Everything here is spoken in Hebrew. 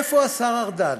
איפה השר ארדן?